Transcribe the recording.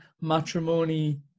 matrimony